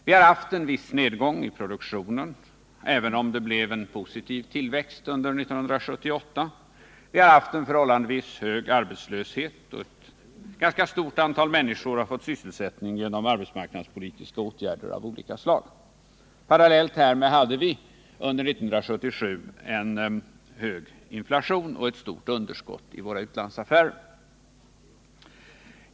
Vi har haft en viss nedgång i produktionen, även om det blev en positiv tillväxt under 1978. Vi har haft en förhållandevis hög arbetslöshet, och ett ganska stort antal människor har fått sysselsättning genom arbetsmarknadspolitiska åtgärder av olika slag. Parallellt härmed hade vi under 1977 en hög inflation och ett stort underskott i våra utlandsaffärer.